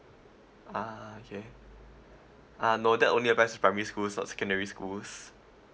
uh okay uh noded only applies to primary schools it's not secondary schools